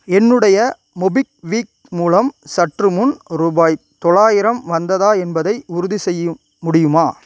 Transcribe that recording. என்னுடைய மொபிக்விக் மூலம் சற்றுமுன் ரூபாய் தொள்ளாயிரம் வந்ததா என்பதை உறுதிசெய்ய முடியுமா